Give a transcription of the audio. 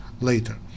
later